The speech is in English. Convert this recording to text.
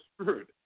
screwed